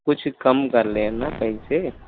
कुछ कम कर लेना पैसे